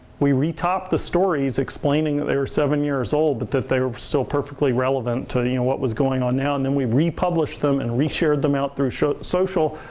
we retopped the stories explaining, they were seven years old, but they were still perfectly relevant to you know what was going on now and then we republished them and reshared them out through social.